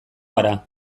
gara